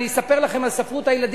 אתה מדבר על מציאות שהיתה?